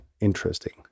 interesting